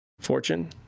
Fortune